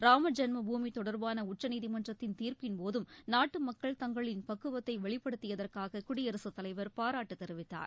ராமஜென்மபூமி தொடர்பான உச்சநீதிமன்றத்தின் தீர்ப்பின்போதும் நாட்டு மக்கள் தங்களின் பக்குவத்தை வெளிப்படுத்தியதற்காக குடியரசுத் தலைவர் பாராட்டு தெரிவித்தார்